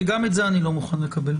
כי גם את זה אני לא מוכן לקבל.